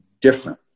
different